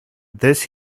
this